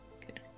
Good